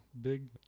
Big